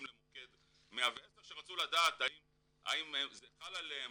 למוקד 110 שרצו לדעת האם זה חל עליהם,